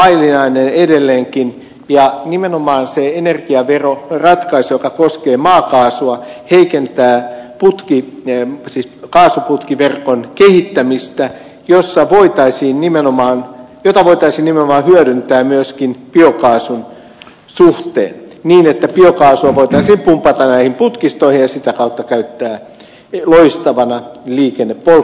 biokaasun asema on vaillinainen edelleenkin ja nimenomaan se energiaveroratkaisu joka koskee maakaasua heikentää kaasuputkiverkon kehittämistä jota voitaisiin nimenomaan hyödyntää myöskin biokaasun suhteen niin että biokaasua voitaisiin pumpata näihin putkistoihin ja sitä kautta käyttää loistavana liikennepolttoaineena